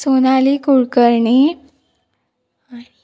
Sonali Kulkarni